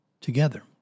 Together